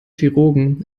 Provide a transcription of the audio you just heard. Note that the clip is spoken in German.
chirurgen